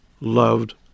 loved